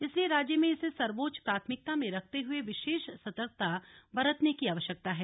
इसलिए राज्य में इसे सर्वोच्च प्राथमिकता में रखते हुए विशेष सतर्कता बरतने की आवश्यकता है